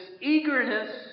eagerness